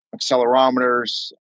accelerometers